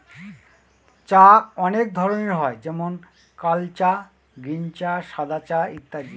চা অনেক ধরনের হয় যেমন কাল চা, গ্রীন চা, সাদা চা ইত্যাদি